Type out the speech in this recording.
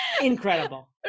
Incredible